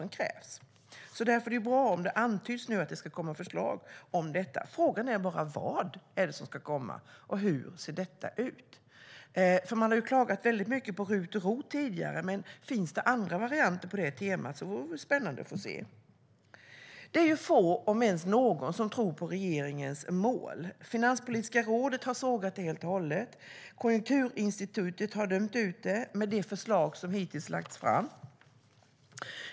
Om det nu antyds att det ska komma förslag om detta är det bra. Frågan är bara vad det är som ska komma och hur detta ser ut. Man har ju klagat väldigt mycket på RUT och ROT tidigare, men finns det andra varianter på det temat vore det väl spännande att få se. Det är få om ens någon som tror på regeringens mål. Finanspolitiska rådet har sågat det helt och hållet. Konjunkturinstitutet har dömt ut det, med de förslag som hittills lagts fram.